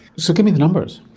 so give me the numbers.